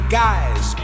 guys